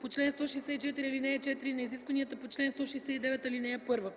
по чл. 164, ал. 4 и на изискванията по чл. 169, ал. 1.